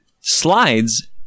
Slides